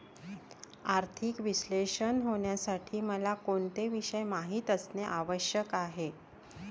आर्थिक विश्लेषक होण्यासाठी मला कोणते विषय माहित असणे आवश्यक आहे?